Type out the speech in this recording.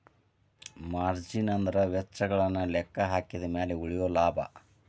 margin ಅಂದ್ರ ವೆಚ್ಚಗಳನ್ನ ಲೆಕ್ಕಹಾಕಿದ ಮ್ಯಾಲೆ ಉಳಿಯೊ ಲಾಭ